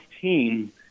team